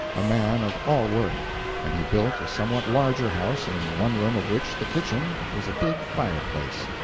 a man of all work and he built a somewhat larger house, in one room of which, the kitchen, was a big fireplace.